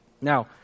Now